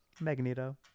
Magneto